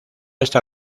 esa